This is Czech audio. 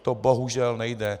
To bohužel nejde.